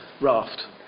raft